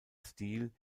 stil